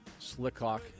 Slickhawk